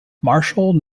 marshall